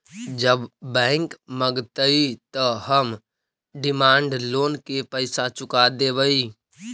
जब बैंक मगतई त हम डिमांड लोन के पैसा चुका देवई